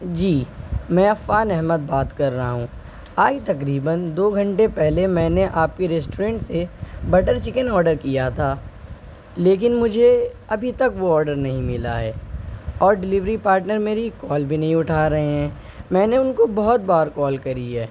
جی میں عفان احمد بات کر رہا ہوں آج تقریباً دو گھنٹے پہلے میں نے آپ کی ریسٹورنٹ سے بٹر چکن آرڈر کیا تھا لیکن مجھے ابھی تک وہ آرڈر نہیں ملا ہے اور ڈلیوری پارٹنر میری کال بھی نہیں اٹھا رہے ہیں میں نے ان کو بہت بار کال کری ہے